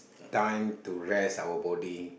time to rest our body